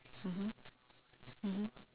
mmhmm mmhmm